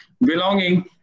belonging